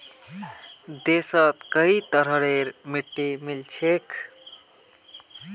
देशत कई तरहरेर मिट्टी मिल छेक